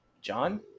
john